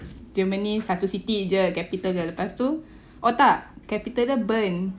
germany satu city jer capital dia lepas tu oh tak capital dia bern